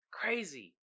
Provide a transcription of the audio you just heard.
Crazy